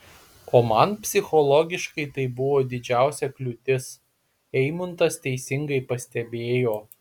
o man psichologiškai tai buvo didžiausia kliūtis eimuntas teisingai pastebėjo